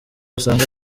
usanga